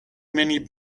many